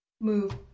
move